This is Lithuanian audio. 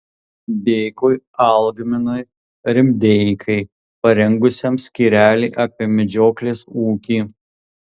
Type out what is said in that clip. dėkui algminui rimdeikai parengusiam skyrelį apie medžioklės ūkį